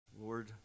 Lord